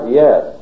yes